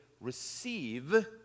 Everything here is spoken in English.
receive